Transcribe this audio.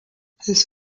this